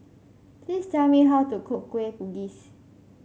please tell me how to cook Kueh Bugis